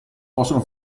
possono